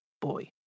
boy